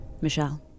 Michelle